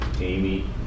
Amy